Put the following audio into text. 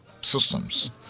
systems